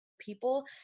people